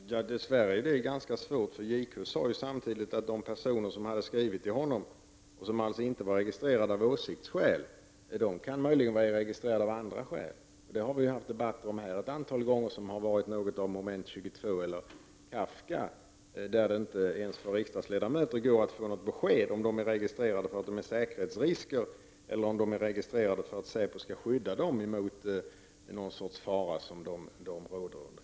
Fru talman! Dess värre är det ganska svårt. Justitiekanslern sade samtidigt att de personer som hade skrivit till honom och som alltså inte var åsiktsregistrerade kunde vara registrerade av andra skäl. Detta har vi haft debatter om här ett antal gånger som har varit något av moment 22 eller Kafka. Där har det inte ens för riksdagsledamöter gått att få något besked om hurvida de är registrerade därför att de utgör säkerhetsrisker eller om de är registrerade därför att säpo skall skydda dem mot någon sorts fara.